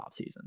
offseason